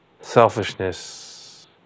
selfishness